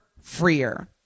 freer